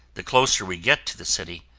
the closer we get to the city,